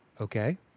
Okay